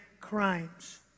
crimes